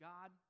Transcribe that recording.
God